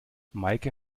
meike